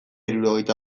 hirurogeita